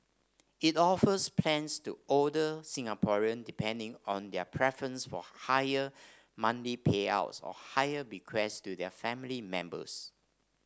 it offers plans to older Singaporean depending on their preference for higher monthly payouts or higher bequest to their family members